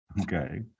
Okay